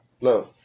No